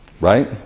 Right